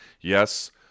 Yes